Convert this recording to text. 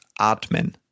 atmen